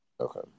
Okay